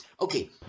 Okay